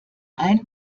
ein